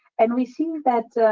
and we're seeing that